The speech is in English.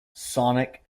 sonic